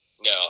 No